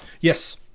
yes